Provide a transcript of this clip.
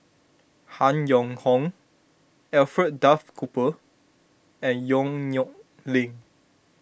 Han Yong Hong Alfred Duff Cooper and Yong Nyuk Lin